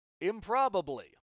Improbably